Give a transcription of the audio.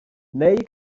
neu